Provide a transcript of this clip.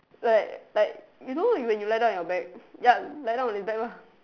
like like you know when you lie down your back yup lie down on your back lah